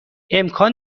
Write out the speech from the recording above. امکان